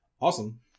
awesome